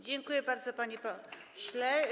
Dziękuję bardzo, panie pośle.